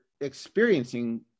experiencing